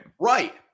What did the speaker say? Right